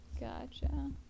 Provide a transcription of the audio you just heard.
Gotcha